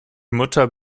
mutter